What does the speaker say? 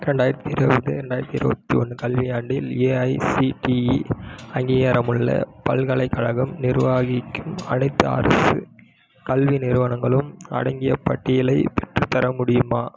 ரெண்டாயிரத்து இருபது ரெண்டாயிரத்து இருபத்தி ஒன்று கல்வி ஆண்டில் ஏஐசிடிஇ அங்கீகாரமுள்ள பல்கலைக்கழகம் நிர்வகிக்கும் அனைத்து அரசு கல்வி நிறுவனங்களும் அடங்கிய பட்டியலை பெற்றுத்தர முடியுமா